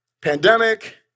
pandemic